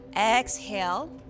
Exhale